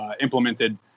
implemented